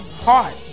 Heart